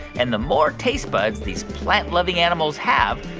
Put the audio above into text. and the more taste buds these plant-loving animals have,